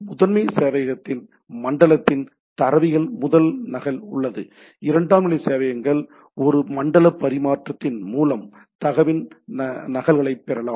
முதன்மை சேவையகத்தில் மண்டலத்தின் தரவின் முதன்மை நகல் உள்ளது இரண்டாம் நிலை சேவையகங்கள் ஒரு மண்டல பரிமாற்றத்தின் மூலம் தரவின் நகல்களைப் பெறலாம்